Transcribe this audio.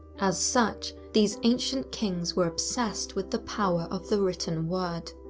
as such, these ancient kings were obsessed with the power of the written word.